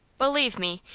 believe me,